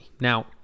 Now